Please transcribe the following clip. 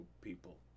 people